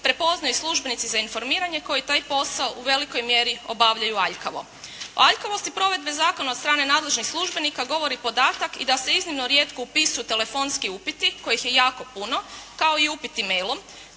prepoznaju službenici za informiranje koji taj posao u velikoj mjeri obavljaju aljkavo. O aljkavosti provedbe zakona od strane nadležnih službenika govori podatak i da se iznimno rijetko upisuju telefonski upiti kojih je jako puno, kao i upiti mailom